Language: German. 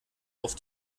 auf